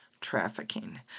trafficking